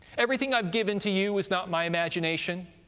everything i've given to you is not my imagination,